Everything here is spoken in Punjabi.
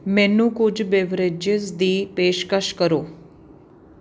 ਮੈਨੂੰ ਕੁਝ ਬੇਵਰੇਜਸ ਦੀ ਪੇਸ਼ਕਸ਼ ਕਰੋ